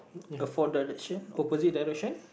a four direction opposite direction